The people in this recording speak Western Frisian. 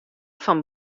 fan